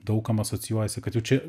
daug kam asocijuojasi kad jau čia